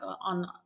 on